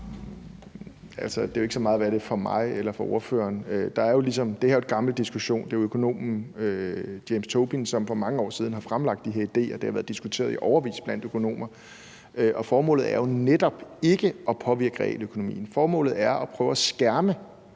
handler jo ikke så meget om, hvad det er for mig eller for ordføreren. Det her er jo en gammel diskussion. Det er økonomen James Tobin, som for mange år siden har fremlagt de her idéer, og det har været diskuteret i årevis blandt økonomer. Formålet er jo netop ikke at påvirke realøkonomien; formålet er at prøve at skærme